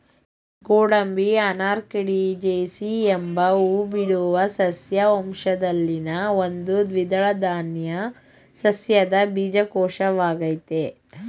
ಗೋಡಂಬಿ ಅನಾಕಾರ್ಡಿಯೇಸಿ ಎಂಬ ಹೂಬಿಡುವ ಸಸ್ಯ ವಂಶದಲ್ಲಿನ ಒಂದು ದ್ವಿದಳ ಧಾನ್ಯ ಸಸ್ಯದ ಬೀಜಕೋಶವಾಗಯ್ತೆ